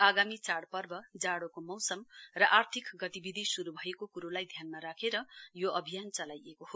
आगामी चाइ पर्व जाडोको मौसम र आर्थिक गतिविधि श्रू भएको क्रोलाई ध्यानमा राखेर यो अभियान चलाइएको हो